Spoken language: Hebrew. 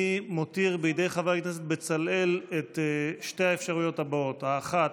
אני מותיר בידי חבר הכנסת בצלאל את שתי האפשרויות הבאות: האחת,